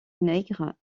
nègre